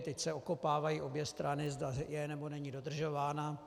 Teď se okopávají obě strany, zda je, nebo není dodržována.